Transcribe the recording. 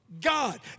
God